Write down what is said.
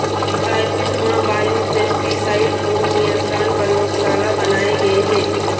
रायपुर म बायोपेस्टिसाइड गुन नियंत्रन परयोगसाला बनाए गे हे